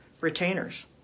retainers